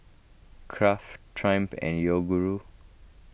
Kraft Triumph and Yoguru